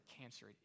cancer